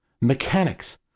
mechanics